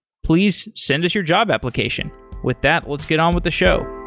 please send us your job application with that, let's get on with the show.